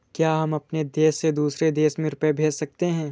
क्या हम अपने देश से दूसरे देश में रुपये भेज सकते हैं?